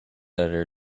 editor